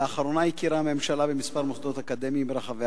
לאחרונה הכירה הממשלה בכמה מוסדות אקדמיים ברחבי